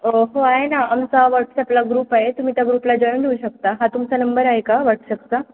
हो आहे ना आमचा व्हॉट्स ॲपला ग्रुप आहे तुमी त्या ग्रुपला जॉईन होऊ शकता हा तुमचा नंबर आहे का वॉट्स ॲपचा